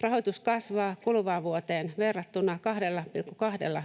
Rahoitus kasvaa kuluvaan vuoteen verrattuna